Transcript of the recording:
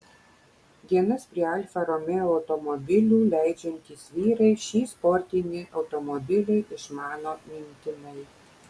dienas prie alfa romeo automobilių leidžiantys vyrai šį sportinį automobilį išmano mintinai